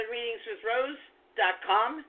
ReadingsWithRose.com